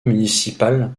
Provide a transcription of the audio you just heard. municipal